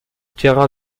terrain